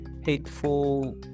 hateful